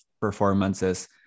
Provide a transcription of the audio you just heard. performances